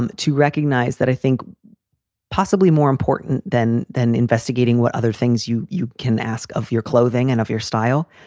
um to recognize that, i think possibly more important than than investigating what other things you you can ask of your clothing and of your style.